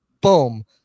boom